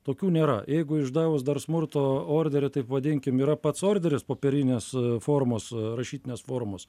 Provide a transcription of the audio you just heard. tokių nėra jeigu išdavus dar smurto orderį taip vadinkim yra pats orderis popierinės formos rašytinės formos